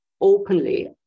openly